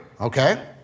okay